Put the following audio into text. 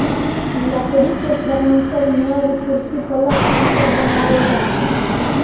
लकड़ी के फर्नीचर, मेज, कुर्सी, पलंग इ सब बनावल जा हई